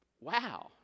Wow